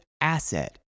asset